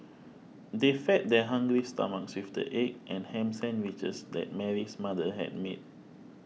they fed their hungry stomachs with the egg and ham sandwiches that Mary's mother had made